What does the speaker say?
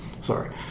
Sorry